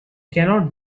cannot